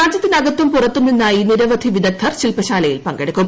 രാജ്യത്തിനകത്തും പുറത്തും നിന്നായി നിരവധി വിദഗ്ധർ ശില്പശാലയിൽ പങ്കെടുക്കും